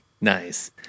Nice